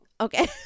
Okay